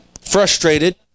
frustrated